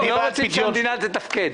אני רוצה שהמדינה תתפקד.